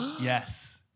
yes